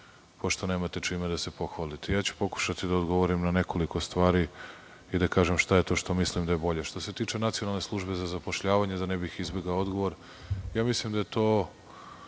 pošto nemate čime da se pohvalite. Pokušaću da odgovorim na nekoliko stvari i da kažem šta je to što mislim da je bolje. Što se tiče Nacionalne službe za zapošljavanje, da ne bi izbegao odgovor, mislim da je to,